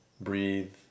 breathe